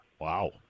Wow